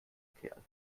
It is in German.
kerl